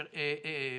נאמר: